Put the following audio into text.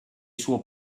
suo